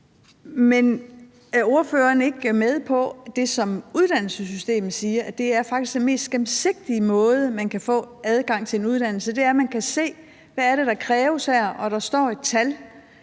Men er ordføreren ikke med på – som uddannelsessystemet siger – at den mest gennemsigtige måde, man kan få adgang til en uddannelse på, er, at man kan se, hvad der kræves her, og at der står et tal.